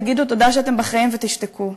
תגידו תודה שאתם בחיים ותשתקו,